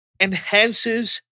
enhances